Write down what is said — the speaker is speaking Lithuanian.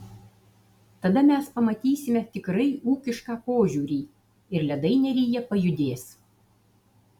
tada mes pamatysime tikrai ūkišką požiūrį ir ledai neryje pajudės